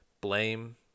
Blame